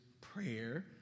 prayer